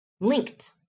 linked